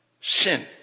sin